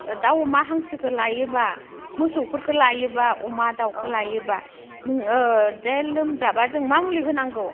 दाउ अमा हांसोखौ लायोबा मोसौफोरखौ लायोबा अमा दाउखौ लायोबा नोङो दे लोमजाबा जों मा मुलि होनांगौ